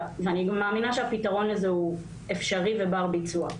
אני מאמינה שהפיתרון לזה הוא אפשרי ובר ביצוע.